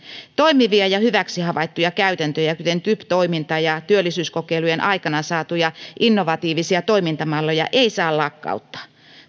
toimivia ja hyväksi havaittuja käytäntöjä kuten typ toimintaa ja työllisyyskokeilujen aikana saatuja innovatiivisia toimintamalleja ei saa lakkauttaa